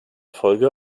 folge